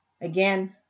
Again